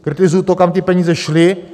Kritizuji to, kam ty peníze šly.